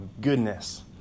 goodness